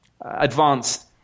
advanced